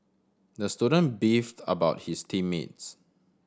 the student beefed about his team mates